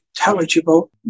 intelligible